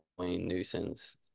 nuisance